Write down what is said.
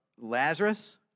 Lazarus